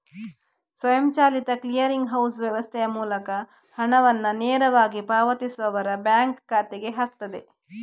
ಸ್ವಯಂಚಾಲಿತ clearing house ವ್ಯವಸ್ಥೆಯ ಮೂಲಕ ಹಣವನ್ನ ನೇರವಾಗಿ ಪಾವತಿಸುವವರ ಬ್ಯಾಂಕ್ ಖಾತೆಗೆ ಹಾಕ್ತದೆ